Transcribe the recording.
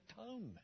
atonement